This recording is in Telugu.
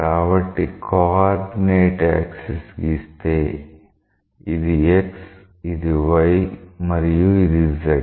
కాబట్టి కోఆర్డినేట్ యాక్సిస్ గీస్తే ఇది x ఇది y మరియు ఇది z